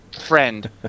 friend